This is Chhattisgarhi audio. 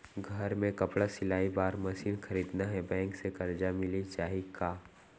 घर मे कपड़ा सिलाई बार मशीन खरीदना हे बैंक ले करजा मिलिस जाही का?